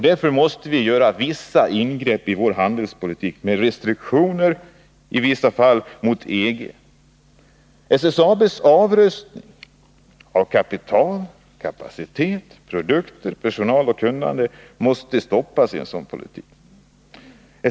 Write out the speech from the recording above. Därför måste vi göra vissa ingrepp i vår handelspolitik med i vissa fall restriktioner mot EG. SSAB:s avrustning av kapital, kapacitet, produkter, personal och kunnande måste stoppas.